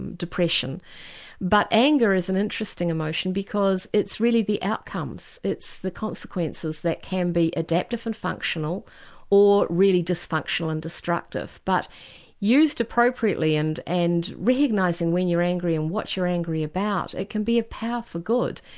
depression but anger is an interesting emotion because it's really the outcomes, it's the consequences that can be adaptive and functional or really dysfunctional and destructive. but used appropriately and and recognising when you're angry and what you're angry about, it can be a power for good.